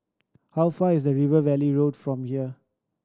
how far is River Valley Road from here